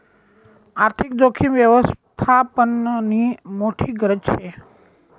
आर्थिक जोखीम यवस्थापननी मोठी गरज शे